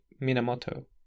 Minamoto